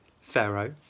Pharaoh